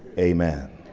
amen.